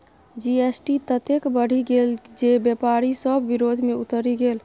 GST ततेक बढ़ि गेल जे बेपारी सभ विरोध मे उतरि गेल